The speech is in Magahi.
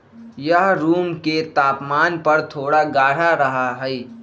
यह रूम के तापमान पर थोड़ा गाढ़ा रहा हई